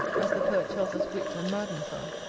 as the poet tells us wit and madness are.